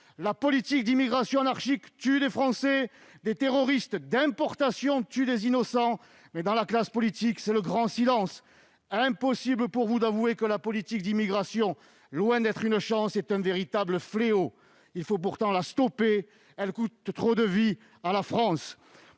la politique d'immigration anarchique tue des Français, des terroristes d'importation tuent des innocents, mais, dans la classe politique, c'est le grand silence. Impossible pour vous d'avouer que la politique d'immigration, loin d'être une chance, est un véritable fléau. Il faut pourtant la stopper, car elle coûte trop de vies à la France